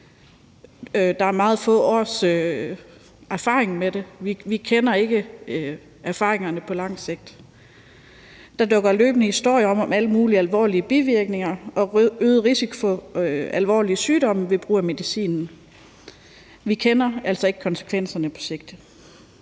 der er meget få års erfaring med den; vi kender ikke konsekvenserne på lang sigt. Der dukker løbende historier op om alle mulige alvorlige bivirkninger og en øget risiko for alvorlige sygdomme ved brug af medicinen. Vi kender altså ikke konsekvenserne på sigt.